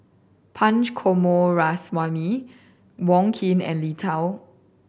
Punch Coomaraswamy Wong Keen and Li Tao